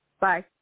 Bye